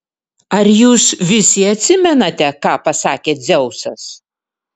ar jūs visi atsimenate ką pasakė dzeusas